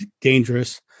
dangerous